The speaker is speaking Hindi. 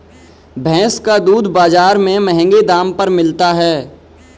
भैंस का दूध बाजार में महँगे दाम पर मिलता है